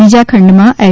બીજા ખંડમાં એલ